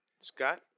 Scott